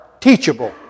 teachable